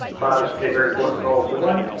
fathers play a very important role so one